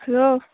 hello